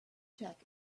check